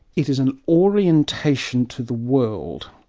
it is an orientation to the world,